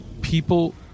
People